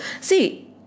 See